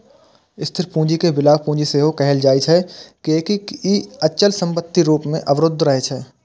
स्थिर पूंजी कें ब्लॉक पूंजी सेहो कहल जाइ छै, कियैकि ई अचल संपत्ति रूप मे अवरुद्ध रहै छै